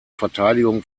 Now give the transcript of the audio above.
verteidigung